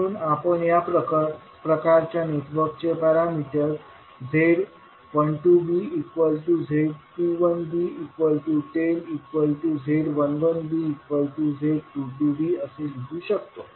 म्हणून आपण या प्रकारच्या नेटवर्कचे पॅरामीटर्स z12bz21b 10 z11bz22b असे लिहू शकतो